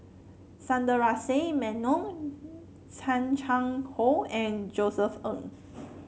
Sundaresh Menon Chan Chang How and Josef Ng